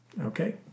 Okay